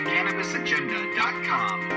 CannabisAgenda.com